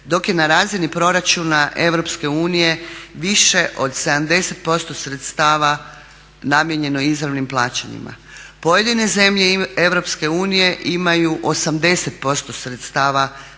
dok je na razini proračuna Europske unije više od 70% sredstava namijenjeno izravnim plaćanjima. Pojedine zemlje EU imaju 80% sredstava namijenjenih za izravna plaćanja,